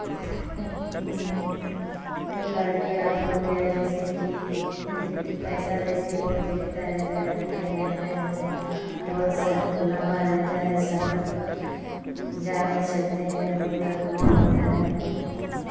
گاڑی آ ہو گیا جیسے کہ پیسہ جیسے بہت لیتا ہے لائٹ اٹھنا ہی رہتا ہے روڈ بہت سارا لمبا رہتا ہے سفر جا نہیں سکتے ہیں بہت تکلیف ہوتا ہے